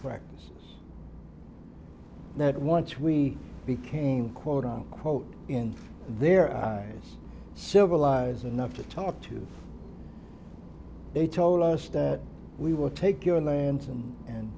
practices that once we became quote unquote in their eyes civilized enough to talk to they told us that we will take your lands and and